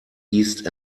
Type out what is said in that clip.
east